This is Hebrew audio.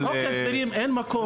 בחוק ההסדרים אין מקום,